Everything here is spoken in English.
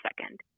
second